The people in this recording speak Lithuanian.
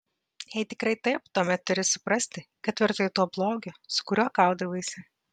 jei tikrai taip tuomet turi suprasti kad virtai tuo blogiu su kuriuo kaudavaisi